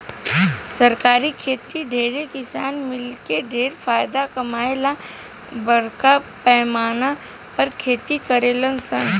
सरकारी खेती में ढेरे किसान मिलके ढेर फायदा कमाए ला बरका पैमाना पर खेती करेलन सन